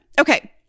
Okay